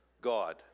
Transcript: God